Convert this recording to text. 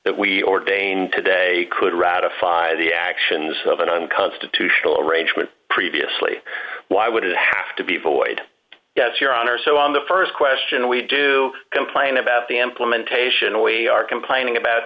that we ordain today could ratify the actions of an unconstitutional arrangement previously why would it have to be void yes your honor so on the st question we do complain about the implementation we are complaining about